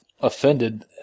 offended